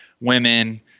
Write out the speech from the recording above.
women